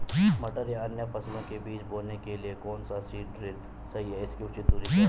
मटर या अन्य फसलों के बीज बोने के लिए कौन सा सीड ड्रील सही है इसकी उचित दूरी क्या है?